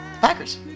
Packers